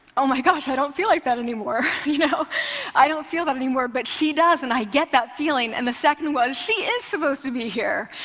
oh my gosh, i don't feel like that anymore. you know i don't feel that anymore, but she does, and i get that feeling. and the second was, she is supposed to be here!